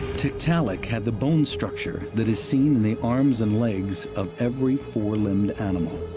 tiktaalik had the bone structure that is seen in the arms and legs of every-four limbed animal